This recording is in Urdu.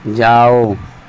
جاؤ